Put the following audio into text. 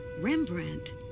Rembrandt